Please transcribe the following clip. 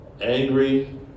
angry